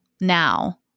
now